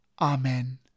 Amen